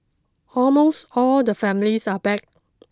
almost all the families are back